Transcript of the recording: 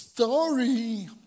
Story